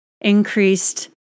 increased